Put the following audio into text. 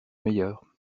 meilleur